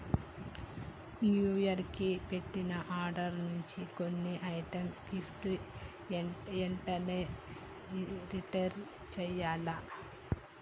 new year కి పెట్టిన orders నుంచి కొన్ని ఐటమ్స్ గిట్లా ఎంటనే రిటర్న్ చెయ్యాల్ల